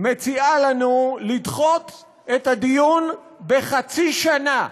מציעה לנו לדחות את הדיון בחצי שנה.